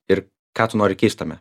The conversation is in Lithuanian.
ir ką tu nori keist tame